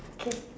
okay